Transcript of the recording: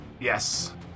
Yes